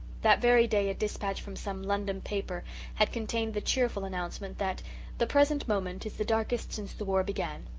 that very day a dispatch from some london paper had contained the cheerful announcement that the present moment is the darkest since the war began.